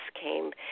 came